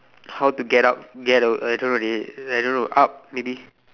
how to get out get a a I don't know dey I don't know up maybe